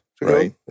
right